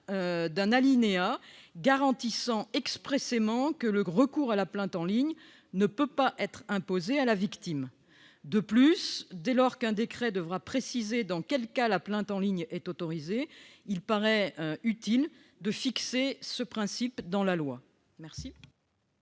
d'un alinéa garantissant expressément que le recours à la plainte en ligne ne peut pas être imposé à la victime. De plus, dès lors qu'un décret devra préciser dans quels cas la plainte en ligne sera autorisée, il paraît utile de fixer ce principe dans la loi. Quel